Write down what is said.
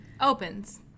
opens